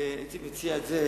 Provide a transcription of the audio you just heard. הייתי מציע להעביר את זה